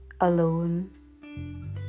alone